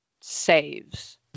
saves